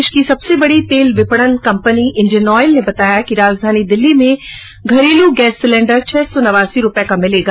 देश की सबसे बड़ी तेल विपणन कम्पनी इंडियन ऑयल ने बताया कि राजधानी दिल्ली में घरेलू गैस सिलेण्डर छह सौ नवासी रूपए का मिलेगा